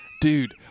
Dude